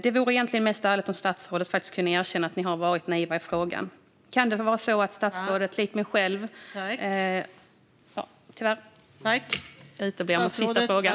Det vore mest ärligt om statsrådet kunde erkänna att ni har varit naiva i frågan.